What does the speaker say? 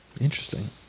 Interesting